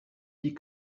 dit